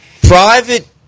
private